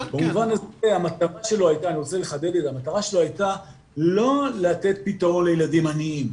במובן הזה המטרה שלו הייתה לא לתת פתרון לילדים עניים.